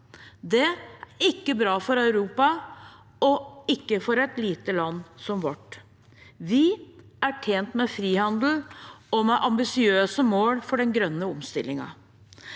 Det er ikke bra for Europa – og ikke for et lite land som vårt. Vi er tjent med frihandel og med ambisiøse mål for den grønne omstillingen.